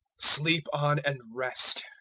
sleep on and rest.